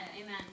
Amen